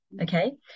okay